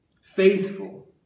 Faithful